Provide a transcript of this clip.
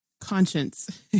conscience